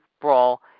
Brawl